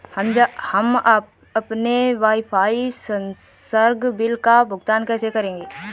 हम अपने वाईफाई संसर्ग बिल का भुगतान कैसे करें?